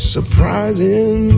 Surprising